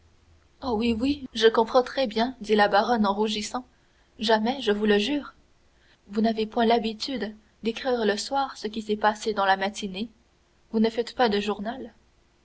oh oui oui je comprends très bien dit la baronne en rougissant jamais je vous le jure vous n'avez point l'habitude d'écrire le soir ce qui s'est passé dans la matinée vous ne faites pas de journal